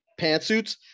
pantsuits